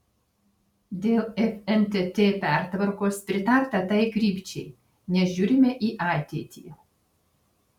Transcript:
dėl fntt pertvarkos pritarta tai krypčiai nes žiūrime į ateitį